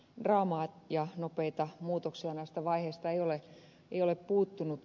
draamaa ja nopeita muutoksia näistä vaiheista ei ole puuttunut